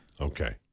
Okay